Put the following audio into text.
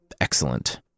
Excellent